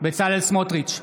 בצלאל סמוטריץ'